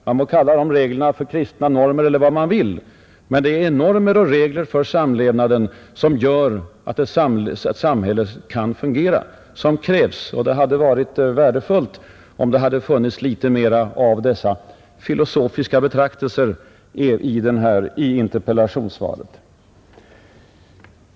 Man må kalla reglerna för kristna normer eller vad man vill, men det som krävs är allmängiltiga regler för mänsklig samvaro som möjliggör för det demokratiska samhället att fungera. Det hade varit värdefullt om det hade funnits litet mer av sådana ”filosofiska” betraktelser i interpellationssvaret.